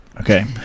Okay